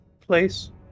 place